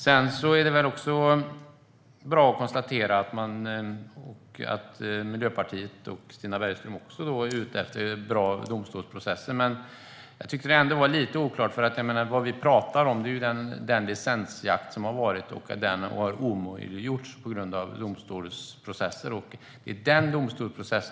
Det är bra att kunna konstatera att även Miljöpartiet och Stina Bergström är ute efter bra domstolsprocesser, men jag tycker ändå att det var lite oklart. Det vi pratar om är ju den licensjakt som varit och som har omöjliggjorts på grund av domstolsprocesser.